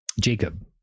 jacob